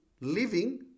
living